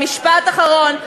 משפט אחרון.